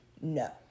No